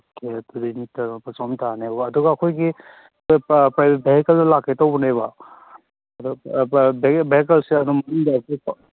okay ꯑꯗꯨꯗꯤ ꯃꯤ truck ꯂꯨꯄꯥ ꯆꯍꯨꯝ ꯇꯥꯔꯅꯦꯕꯀꯣ ꯑꯗꯨꯒ ꯑꯩꯈꯣꯏꯒꯤ ꯚꯦꯍꯦꯀꯜꯗ ꯂꯥꯛꯀꯦ ꯇꯧꯕꯅꯦꯕ ꯑꯗꯣ ꯚꯦꯍꯦꯀꯜꯁꯦ ꯑꯗꯨꯝ